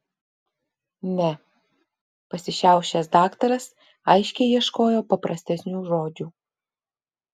ne pasišiaušęs daktaras aiškiai ieškojo paprastesnių žodžių